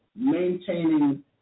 maintaining